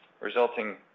resulting